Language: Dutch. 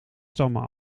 stammen